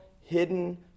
hidden